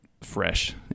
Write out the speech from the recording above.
fresh